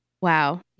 Wow